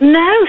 no